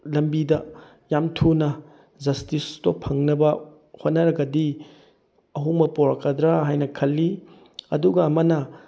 ꯂꯝꯕꯤꯗ ꯌꯥꯝ ꯊꯨꯅ ꯖꯁꯇꯤꯁꯇꯣ ꯐꯪꯅꯕ ꯍꯣꯠꯅꯔꯒꯗꯤ ꯑꯍꯣꯡꯕ ꯄꯨꯔꯛꯀꯗ꯭ꯔꯥ ꯍꯥꯏꯅ ꯈꯜꯂꯤ ꯑꯗꯨꯒ ꯑꯃꯅ